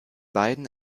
beiden